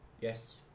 Yes